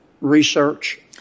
research